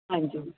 ਹਾਂਜੀ